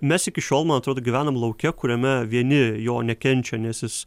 mes iki šiol man atrodo gyvenam lauke kuriame vieni jo nekenčia nes jis